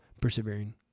persevering